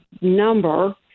number